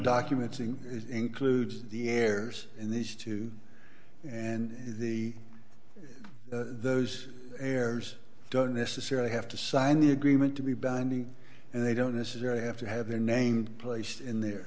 documenting includes the errors in these two and the those errors don't necessarily have to sign the agreement to be binding and they don't necessarily have to have a name placed in the